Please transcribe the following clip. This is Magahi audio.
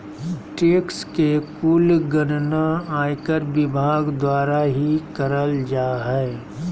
टैक्स के कुल गणना आयकर विभाग द्वारा ही करल जा हय